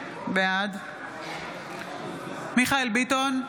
בעד מיכאל מרדכי ביטון,